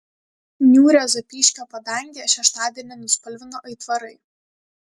niūrią zapyškio padangę šeštadienį nuspalvino aitvarai